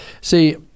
See